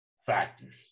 factors